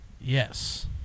Yes